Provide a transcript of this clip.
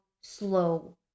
slow